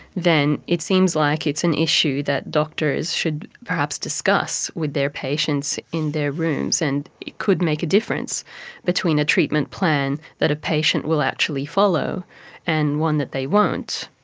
then it seems like it's an issue that doctors should perhaps discuss with their patients in their rooms, and it could make a difference between a treatment plan that a patient will actually follow and one that they won't.